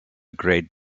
great